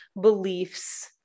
beliefs